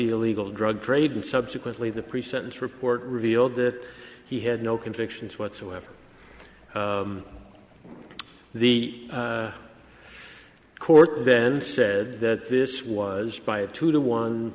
eagle drug trade and subsequently the pre sentence report revealed that he had no convictions whatsoever the court then said that this was by a two to one